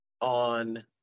on